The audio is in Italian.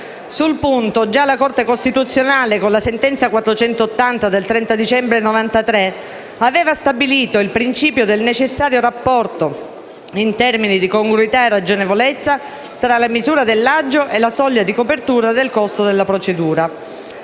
Sul punto, già la Corte costituzionale, con la sentenza n. 480 del 30 dicembre 1993, aveva stabilito il principio del necessario rapporto in termini di congruità e ragionevolezza tra la misura dell'aggio e la soglia di copertura del costo della procedura.